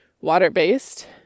water-based